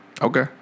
Okay